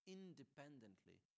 independently